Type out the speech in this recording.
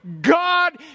God